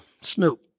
Snoop